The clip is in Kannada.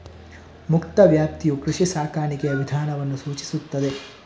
ಮುಕ್ತ ವ್ಯಾಪ್ತಿಯು ಕೃಷಿ ಸಾಕಾಣಿಕೆಯ ವಿಧಾನವನ್ನು ಸೂಚಿಸುತ್ತದೆ